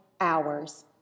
hours